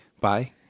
Bye